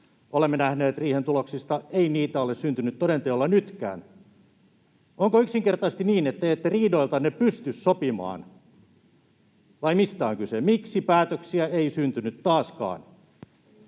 olemme nähneet riihen tuloksista, ei niitä ole syntynyt toden teolla nytkään. Onko yksinkertaisesti niin, että te ette riidoiltanne pysty sopimaan, vai mistä on kyse? Miksi päätöksiä ei syntynyt taaskaan?